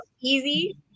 easy